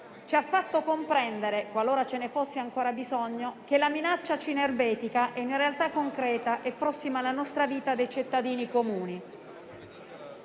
ci ha fatto comprendere, qualora ce ne fosse ancora bisogno, che la minaccia cibernetica è in realtà concreta e prossima alla vita dei cittadini comuni.